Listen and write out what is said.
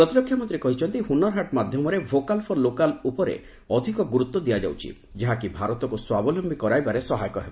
ପ୍ରତିରକ୍ଷା ମନ୍ତ୍ରୀ କହିଛନ୍ତି ହୁନର ହାଟ୍ ମାଧ୍ୟମରେ 'ଭୋକାଲ୍ ଫର୍ ଲୋକାଲ୍' ଉପରେ ଅଧିକ ଗୁରୁତ୍ୱ ଦିଆଯାଉଛି ଯାହାକି ଭାରତକୁ ସ୍ୱାବଲମ୍ଭୀ କରାଇବାରେ ସହାୟକ ହେବ